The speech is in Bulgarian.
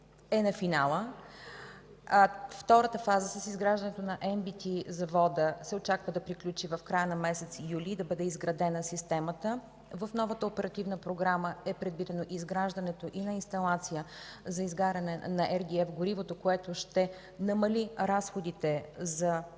е на финала. Втората фаза – изграждането на MБT-завода, се очаква да приключи в края на месец юли и да бъде изградена системата. В новата Оперативна програма е предвидено изграждането и на инсталация за изгаряне на горивото, което ще намали разходите за поддържане